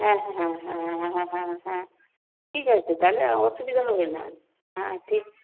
হ্যাঁ হ্যাঁ হ্যাঁ হ্যাঁ হ্যাঁ হ্যাঁ ঠিক আছে তাহলে অসুবিধা হবে না হ্যাঁ ঠিক